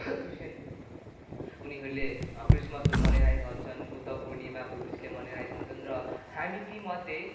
Christian उनीहरूले क्रिसमसहरू मनाइरहेका हुन्छन् बुद्ध पूर्निमा बुद्धिस्टले मनाइरहेका हुन्छन् र हामी तीमध्ये